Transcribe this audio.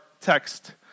text